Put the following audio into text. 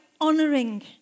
honoring